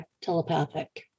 telepathic